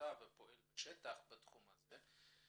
העמותה ופועל בשטח בתחום הזה.